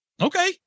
Okay